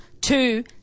two